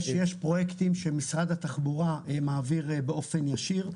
יש פרויקטים שמשרד התחבורה מעביר באופן ישיר.